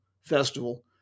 Festival